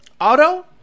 auto